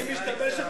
היא משתמשת,